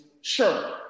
Sure